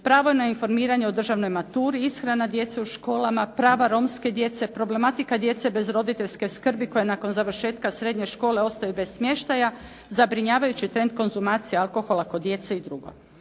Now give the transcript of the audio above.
pravo na informiranje o državnoj maturi, ishrana djece u školama, prava Romske djece, problematika djece bez roditeljske skrbi koja nakon završetka srednje škole ostaju bez smještaja, zabrinjavajući trend konzumacije alkohola kod djece i drugo.